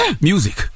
music